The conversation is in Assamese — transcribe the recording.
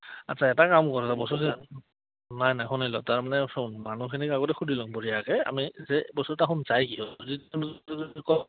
আচ্ছা এটা কাম কৰো বস্তুটো নাই নাই শুনি ল তাৰমানে শুন মানুহখিনিক আগতে সুধি ল'ম বঢ়িয়াকৈ আমি যে বস্তু এটা তাহোঁন যাই কিহত